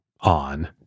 on